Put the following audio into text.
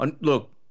Look